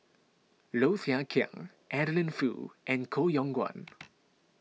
Low Thia Khiang Adeline Foo and Koh Yong Guan